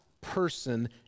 person